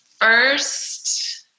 first